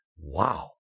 Wow